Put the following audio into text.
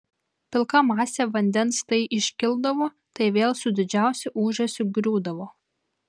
pilka masė vandens tai iškildavo tai vėl su didžiausiu ūžesiu griūdavo